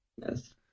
Yes